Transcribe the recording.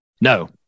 No